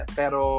pero